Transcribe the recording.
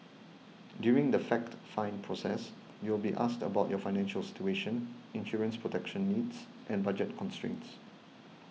during the fact find process you will be asked about your financial situation insurance protection needs and budget constraints